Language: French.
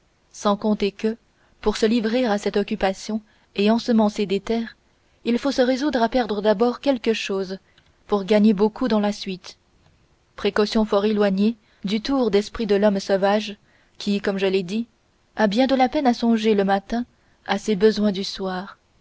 sans compter que pour se livrer à cette occupation et ensemencer des terres il faut se résoudre à perdre d'abord quelque chose pour gagner beaucoup dans la suite précaution fort éloignée du tour d'esprit de l'homme sauvage qui comme je l'ai dit a bien de la peine à songer le matin à ses besoins du soir